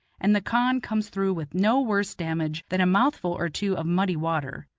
and the khan comes through with no worse damage than a mouthful or two of muddy water.